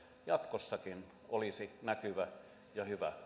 jatkossakin olisi näkyvä ja hyvä